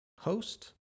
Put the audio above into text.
host